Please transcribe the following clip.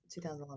2011